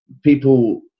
people